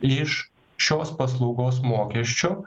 iš šios paslaugos mokesčio